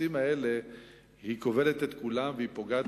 בנושאים האלה כובלת את כולם ופוגעת,